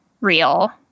real